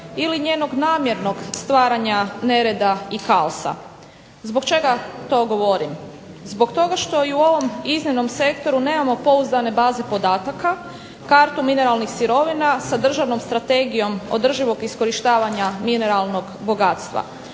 ili njenog namjernog stvaranja nereda i kaosa. Zbog čega to govorim? Zbog toga što i u ovom iznimnom sektoru nemamo pouzdane baze podataka, kartu mineralnih sirovina sa državnom strategijom održivog iskorištavanja mineralnog bogatstva.